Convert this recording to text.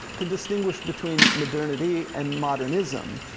to distinguish between modernity and modernism.